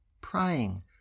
praying